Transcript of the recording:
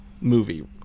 movie